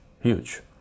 Huge